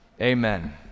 Amen